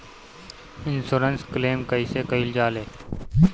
Insurance claim कइसे कइल जा ले?